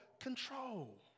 control